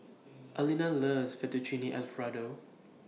Alene loves Fettuccine Alfredo